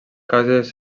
causes